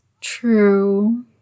true